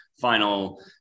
final